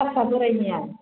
हारसा बोरायनिया